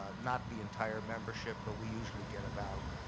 ah not the entire membership, but we usually get about,